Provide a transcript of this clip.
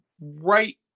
right